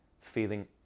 feeling